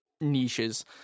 niches